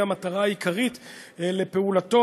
והיא המטרה העיקרית לפעולתו,